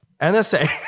NSA